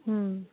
ହୁଁ